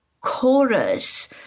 chorus